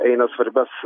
eina svarbias